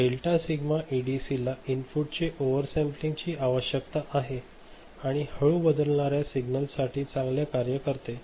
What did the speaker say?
delta sigma एडीसीला इनपुटचे oversampling ची आवश्यकता आहे आणि हळू बदलणार्या सिग्नलसाठी चांगले कार्य करते